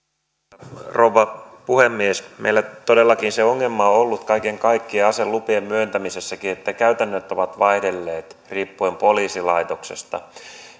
arvoisa rouva puhemies meillä todellakin se ongelma on ollut kaiken kaikkiaan aselupien myöntämisessäkin että käytännöt ovat vaihdelleet riippuen poliisilaitoksesta